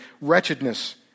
wretchedness